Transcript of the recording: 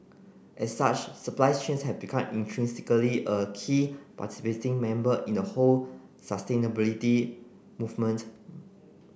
as such supply chains have become intrinsically a key participating member in the whole sustainability movement